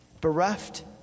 bereft